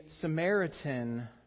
Samaritan